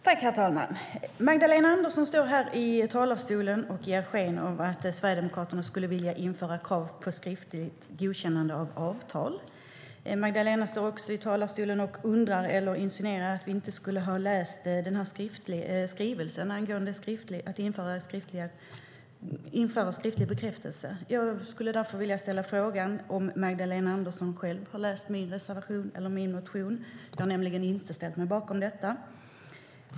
Herr talman! Magdalena Andersson står här i talarstolen och ger sken av att Sverigedemokraterna skulle vilja införa krav på skriftligt godkännande av avtal. Magdalena står också i talarstolen och insinuerar att vi inte skulle ha läst skrivelsen angående att införa skriftlig bekräftelse. Jag skulle därför vilja fråga om Magdalena Andersson själv har läst min reservation eller motion. Jag har nämligen inte ställt mig bakom detta.